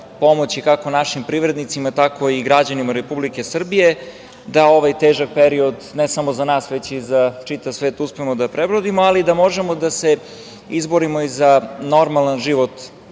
pomoći, kako našim privrednicima, tako i građanima Republike Srbije da ovaj težak period, ne samo za nas, već i za čitav svet uspemo da prebrodimo, ali i da možemo da se izborimo i za normalan život